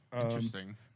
Interesting